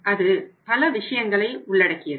அது பல விஷயங்களை உள்ளடக்கியது